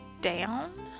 down